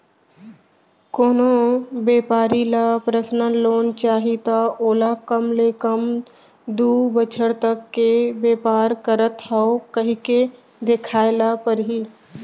कोनो बेपारी ल परसनल लोन चाही त ओला कम ले कम दू बछर तक के बेपार करत हँव कहिके देखाए ल परही